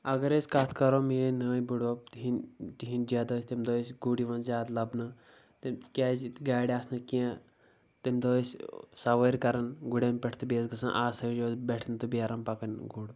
اگر أسۍ کتھ کرو میٲنۍ نانۍ بٔڈبب تِہنٛدۍ تِہِنٛدۍ جد ٲسۍ تمہِ دۄہ ٲسۍ گُری یِوان زیادٕ لبنہٕ تِم کیٛازِ گاڑِ آسہٕ نہٕ کینٛہہ تمہِ دۄہ ٲسۍ سوٲرۍ کران گُرٮ۪ن پٮ۪ٹھ تہٕ بیٚیہِ ٲسۍ گژھان آسٲیِش بٹھٮ۪ن تہِ بیرن پکان گُر